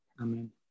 Amen